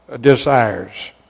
desires